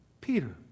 Peter